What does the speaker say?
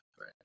Right